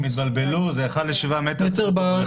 הם התבלבלו זה אחד ל-7 מטר בבריכות.